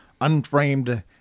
unframed